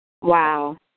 Wow